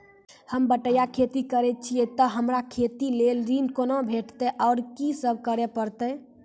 होम बटैया खेती करै छियै तऽ हमरा खेती लेल ऋण कुना भेंटते, आर कि सब करें परतै?